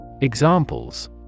Examples